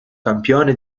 campione